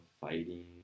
fighting